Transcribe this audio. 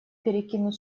перекинут